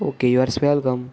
okay yours welcome